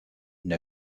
une